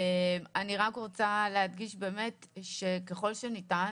אני רק רוצה להדגיש שככל שניתן,